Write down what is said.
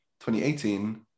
2018